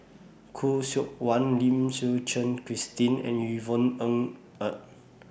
Khoo Seok Wan Lim Suchen Christine and Yvonne Ng Er